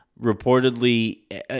reportedly